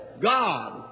God